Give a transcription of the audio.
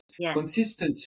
Consistent